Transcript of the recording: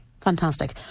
Fantastic